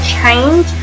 change